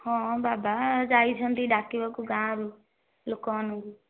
ହଁ ବାବା ଯାଇଛନ୍ତି ଡାକିବାକୁ ଗାଁରୁ ଲୋକମାନଙ୍କୁ